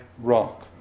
rock